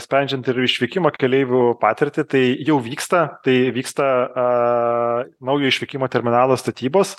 sprendžiant ir išvykimą keleivių patirtį tai jau vyksta tai vyksta a naujo išvykimo terminalo statybos